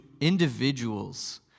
individuals